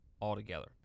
altogether